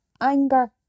anger